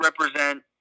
represent